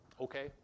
okay